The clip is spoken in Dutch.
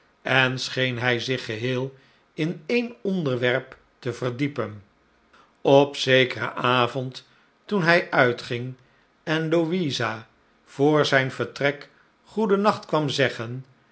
en scheen hij zich geheel in e'en onderwerpte verdiepen op zekeren avond toen hij uitging en louisa voor zijn vertrek goedennacht kwam zeggen